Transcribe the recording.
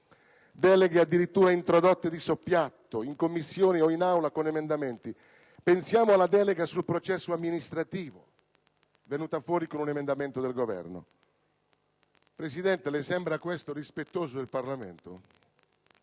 Deleghe addirittura introdotte di soppiatto, in Commissione o in Aula, con emendamenti. Pensiamo, ad esempio, alla delega sul processo amministrativo venuta fuori con un emendamento del Governo. Signora Presidente, le sembra questo rispettoso del Parlamento?